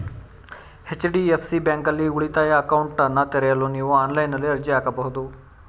HDFC ಬ್ಯಾಂಕ್ನಲ್ಲಿ ಉಳಿತಾಯ ಅಕೌಂಟ್ನನ್ನ ತೆರೆಯಲು ನೀವು ಆನ್ಲೈನ್ನಲ್ಲಿ ಅರ್ಜಿ ಹಾಕಬಹುದು